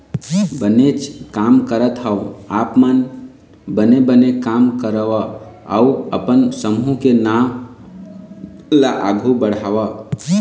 बनेच काम करत हँव आप मन बने बने काम करव अउ अपन समूह के नांव ल आघु बढ़ाव